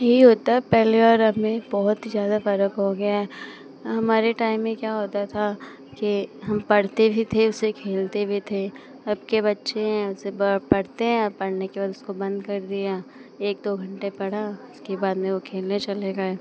यही होता है पहले और अब में बहुत ही ज़्यादा फ़र्क़ हो गया है हमारे टाइम में क्या होता था कि हम पढ़ते भी थे उससे खेलते भी थे अब के बच्चे हैं वह सिर्फ पढ़ते हैं और पढ़ने के बाद उसको बंद कर दिया एक दो घंटे पढ़ा उसके बाद में वे खेलने चले गए